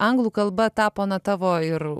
anglų kalba tapo na tavo ir